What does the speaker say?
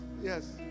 yes